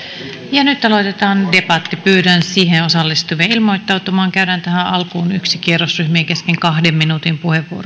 ja nyt aloitetaan debatti pyydän siihen osallistuvia ilmoittautumaan käydään tähän alkuun yksi kierros ryhmien kesken kahden minuutin